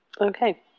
Okay